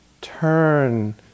turn